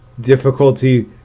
difficulty